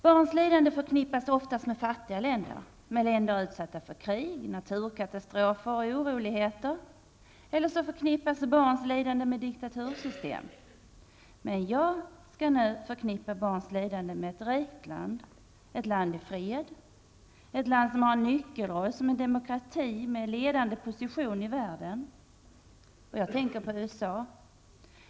Barns lidande förknippas oftast med fattiga länder, med länder utsatta för krig, naturkatastrofer och oroligheter, eller så förknippas barns lidande med diktatursystem. Men jag skall nu förknippa barns lidande med ett rikt land, ett land i fred, ett land som har en nyckelroll som en demokrati med ledande position i världen. Jag tänker på USA.